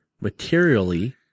materially